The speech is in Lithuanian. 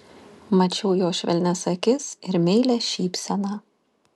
mačiau jo švelnias akis ir meilią šypseną